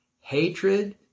hatred